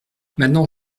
maintenant